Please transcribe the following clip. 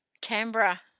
Canberra